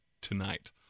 tonight